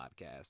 podcast